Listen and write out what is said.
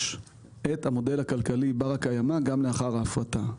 את המודל הכלכלי בר הקיימא גם לאחר ההפרטה.